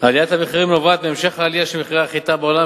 עליית המחירים נובעת מהמשך העלייה של מחירי החיטה בעולם,